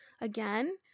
Again